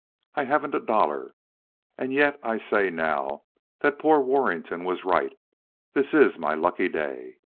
i haven't a dollar and yet i say now that poor warrington was right this is my lucky day.